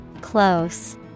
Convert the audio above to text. Close